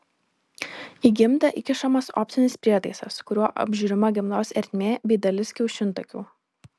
į gimdą įkišamas optinis prietaisas kuriuo apžiūrima gimdos ertmė bei dalis kiaušintakių